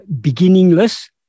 beginningless